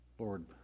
Lord